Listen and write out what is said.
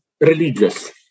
religious